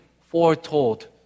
foretold